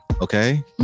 okay